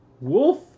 Wolf